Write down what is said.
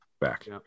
back